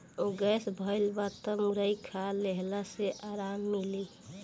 gas भइल बा तअ मुरई खा लेहला से आराम मिली